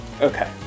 Okay